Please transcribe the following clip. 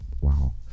Wow